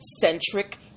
Centric